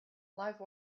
live